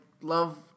love